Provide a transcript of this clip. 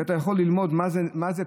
שאתה יכול ללמוד מה זה פשרה,